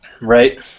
Right